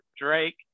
drake